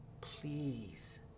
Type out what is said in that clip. please